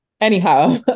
Anyhow